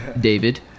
David